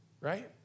right